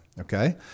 Okay